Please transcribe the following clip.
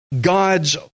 God's